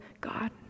God